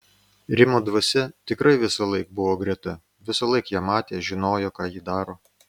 rimo dvasia tikrai visąlaik buvo greta visąlaik ją matė žinojo ką ji daro